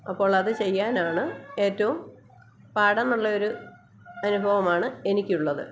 അപ്പോൾ അത് ചെയ്യാനാണ് ഏറ്റവും പാട് എന്നുള്ളയൊരു അനുഭവമാണ് എനിക്കുള്ളത്